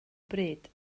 bryd